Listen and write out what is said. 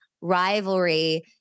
rivalry